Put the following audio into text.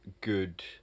good